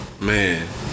Man